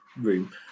room